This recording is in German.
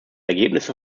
ergebnisse